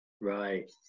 Right